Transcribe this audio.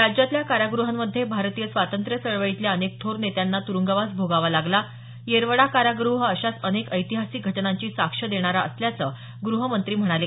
राज्यातल्या कारागृहांमध्ये भारतीय स्वातंत्र्य चळवळीतल्या अनेक थोर नेत्यांना तुरुंगवास भोगावा लागला येखडा काराग्रह हा अशाच अनेक ऐतिहासिक घटनांची साक्ष देणारा असल्याचं ग्रहमंत्री म्हणाले